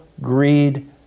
greed